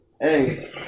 Hey